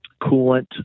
coolant